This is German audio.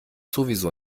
sowieso